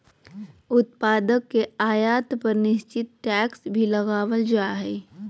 उत्पाद के आयात पर निश्चित टैक्स भी लगावल जा हय